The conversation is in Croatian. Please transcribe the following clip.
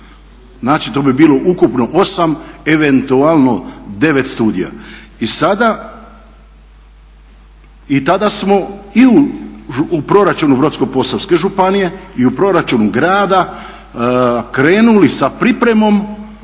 Znači to bi bilo ukupno osam, eventualno devet studija. I tada smo i u proračunu Brodsko-posavske županije i u proračunu grada krenuli sa pripremom